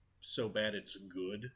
so-bad-it's-good